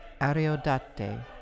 Ariodate